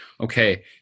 okay